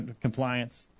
compliance